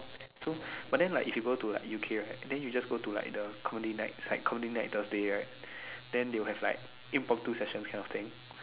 so but then like if you go to like U_K right then you just go to like the comedy nights like comedy night Thursday right then they will have like impromptu sessions kind of thing